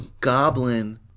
Goblin